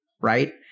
right